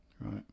Right